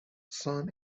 son